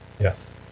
Yes